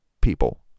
people